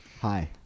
Hi